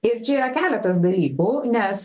ir čia yra keletas dalykų nes